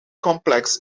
complex